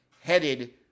headed